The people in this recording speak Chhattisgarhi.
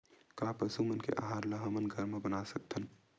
का पशु मन के आहार ला हमन घर मा बना सकथन?